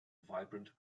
vibrant